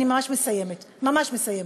אני ממש מסיימת, ממש מסיימת.